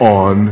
on